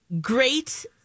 great